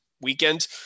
weekend